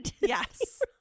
yes